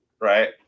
right